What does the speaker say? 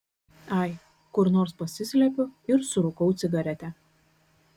ai kur nors pasislepiu ir surūkau cigaretę